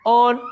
on